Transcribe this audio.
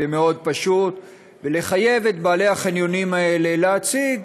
ומאוד פשוט: לחייב את בעלי החניונים האלה להציג,